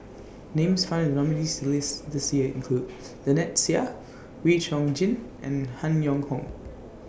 Names found in The nominees' list This Year include Lynnette Seah Wee Chong Jin and Han Yong Hong